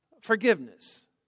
Forgiveness